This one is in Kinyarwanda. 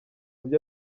byo